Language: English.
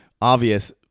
obvious